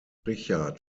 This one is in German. richard